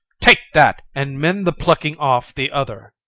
take that, and mend the plucking off the other.